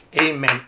amen